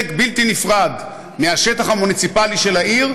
בלתי נפרד מהשטח המוניציפלי של העיר,